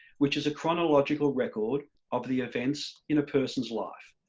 which is a chronological record of the events in a person's life.